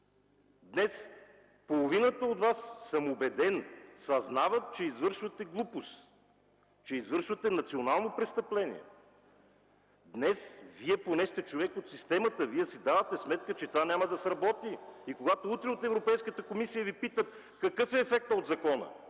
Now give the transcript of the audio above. Днес половината от Вас съм убеден – съзнават, че извършвате глупост, че извършвате национално престъпление! Днес, Вие поне сте човек от системата, Вие си давате сметка, че това няма да сработи и когато утре от Европейската комисия Ви питат какъв е ефектът от закона,